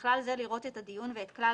למה כתוב